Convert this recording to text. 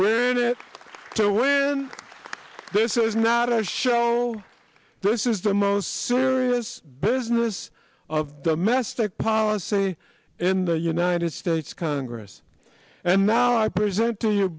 granite to win this is not a show this is the most serious business of the mastic policy in the united states congress and now i present to your